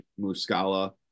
Muscala